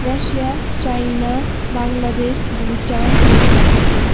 Russia China Bangladesh Bhutan Nepal